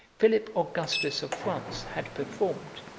philip augustus of france had performed,